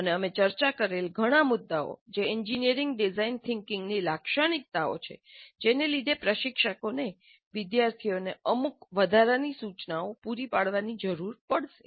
અને અમે ચર્ચા કરેલા ઘણા મુદ્દાઓ જે એન્જિનિયરિંગ ડિઝાઇન થિંકિંગની લાક્ષણિકતાઓ છે તેને લીધે પ્રશિક્ષકોને વિદ્યાર્થીઓને અમુક વધારાની સૂચના પૂરી પાડવાની જરૂર પડશે